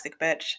bitch